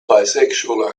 bisexual